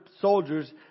soldiers